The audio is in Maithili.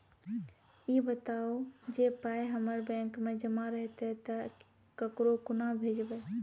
ई बताऊ जे पाय हमर बैंक मे जमा रहतै तऽ ककरो कूना भेजबै?